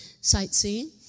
sightseeing